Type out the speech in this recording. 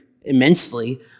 immensely